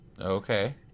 Okay